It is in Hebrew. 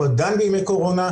אנחנו עדיין בימי קורונה,